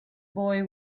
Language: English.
boy